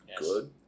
good